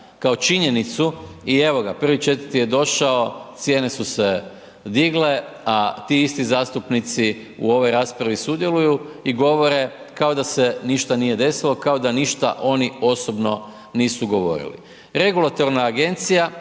kao činjenicu. I evo ga, 1.4. je došao, cijene su se digle, a ti isti zastupnici u ovoj raspravi sudjeluju i govore kao da se ništa nije desilo, kao da ništa oni osobno nisu govorili. Regulatorna agencija